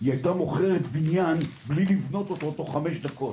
היא הייתה מוכרת בניין מבלי לבנות אותו בחמש דקות,